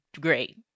great